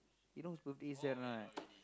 you know whose birthday is Jan right